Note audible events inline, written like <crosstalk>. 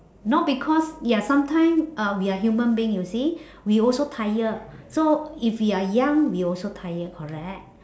now because ya sometimes uh we are human being you see <breath> we also tired so if we are young we also tired correct